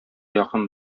якын